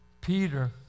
Peter